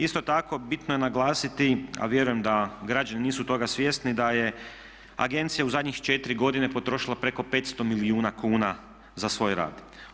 Isto tako bitno je naglasiti a vjerujem da građani nisu toga svjesni da je agencija u zadnjih 4 godine potrošila preko 500 milijuna kuna za svoj rad.